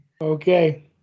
Okay